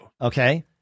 Okay